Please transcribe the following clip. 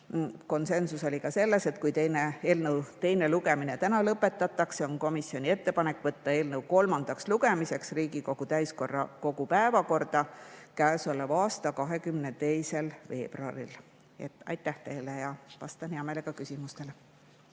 Konsensus oli ka selles, et kui eelnõu teine lugemine täna lõpetatakse, on komisjoni ettepanek võtta eelnõu kolmandaks lugemiseks Riigikogu täiskogu päevakorda käesoleva aasta 22. veebruaril. Aitäh teile! Vastan hea meelega küsimustele.